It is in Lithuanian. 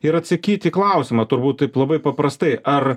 ir atsakyti į klausimą turbūt taip labai paprastai ar